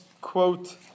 quote